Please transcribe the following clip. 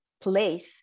place